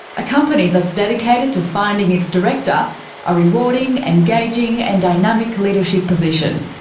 a company that's dedicated to finding its director a rewarding, engaging and dynamic leadership position.